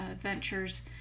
ventures